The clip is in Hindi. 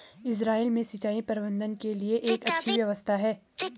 इसराइल में सिंचाई प्रबंधन के लिए एक अच्छी व्यवस्था है